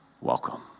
Welcome